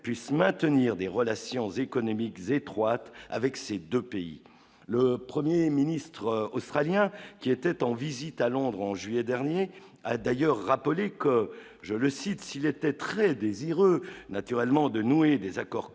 puissent maintenir des relations économiques étroites avec ces 2 pays le 1er ministre australien qui était en visite à Londres en juillet dernier a d'ailleurs rappelé que, je le cite, s'il était très désireux naturellement de nouer des accords commerciaux